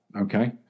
Okay